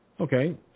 Okay